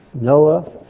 Noah